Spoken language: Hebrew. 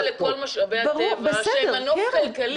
כל משאבי הטבע שהם מנוף כלכלי.